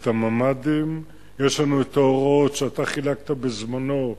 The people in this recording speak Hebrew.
את הממ"דים, יש לנו את ההוראות שאתה חילקת בזמנו.